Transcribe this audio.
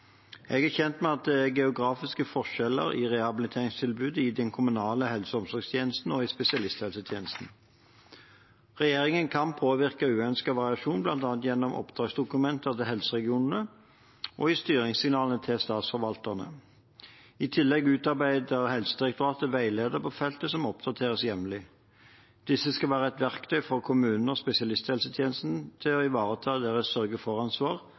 er kjent med at det er geografiske forskjeller i rehabiliteringstilbudet i den kommunale helse- og omsorgstjenesten og i spesialisthelsetjenesten. Regjeringen kan påvirke uønsket variasjon bl.a. gjennom oppdragsdokumentene til helseregionene og i styringssignalene til statsforvalterne. I tillegg utarbeider Helsedirektoratet veiledere på feltet som oppdateres jevnlig. Disse skal være et verktøy for kommunene og spesialisthelsetjenesten til å ivareta deres sørge-for-ansvar for